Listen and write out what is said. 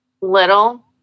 little